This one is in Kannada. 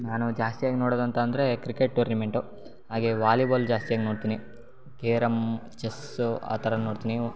ನಾನು ಜಾಸ್ತಿಯಾಗಿ ನೋಡೋದು ಅಂತಂದರೆ ಕ್ರಿಕೆಟ್ ಟೂರ್ನಿಮೆಂಟು ಹಾಗೇ ವಾಲಿಬಾಲ್ ಜಾಸ್ತಿಯಾಗಿ ನೋಡ್ತೀನಿ ಕೇರಮ್ ಚೆಸ್ಸು ಆ ಥರ ನೋಡ್ತೀನಿ